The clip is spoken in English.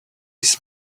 his